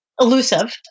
elusive